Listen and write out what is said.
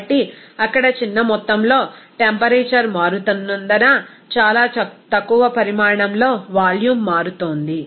కాబట్టి అక్కడ చిన్న మొత్తంలో టెంపరేచర్ మారుతున్నందున చాలా తక్కువ పరిమాణంలో వాల్యూమ్ మారుతోంది